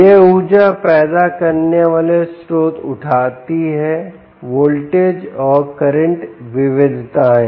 ये ऊर्जा पैदा करने वाले स्रोत उठाती हैं वोल्टेज और करंट विविधताएं